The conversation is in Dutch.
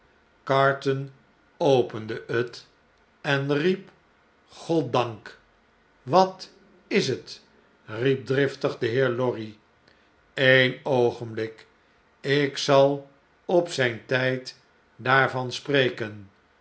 carton opende het en riep goddank wat is het riep driftig de heer lorry b een oogenblik ik zal op zfln tjjd daarvan spreken